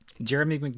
Jeremy